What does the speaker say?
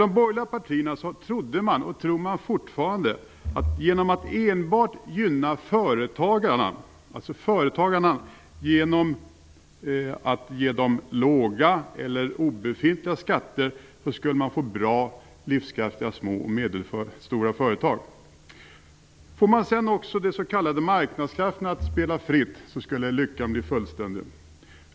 De borgerliga partierna trodde och tror fortfarande att man bara genom att gynna företagarna genom låga eller obefintliga skatter skulle få bra och livskraftiga små och medelstora företag. Om sedan också de s.k. marknadskrafterna fick spela fritt, så skulle lyckan bli fullständig.